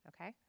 okay